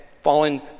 fallen